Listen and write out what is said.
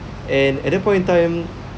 and at that point in time